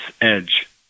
edge